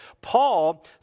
Paul